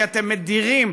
כי אתם מדירים,